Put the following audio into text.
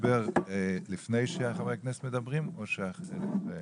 ההסבר לפני שחברי הכנסת מדברים או לאחר מכן.